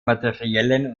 materiellen